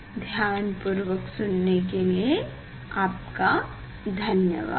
ध्यान पूर्वक सुनने के लिये आपका धन्यवाद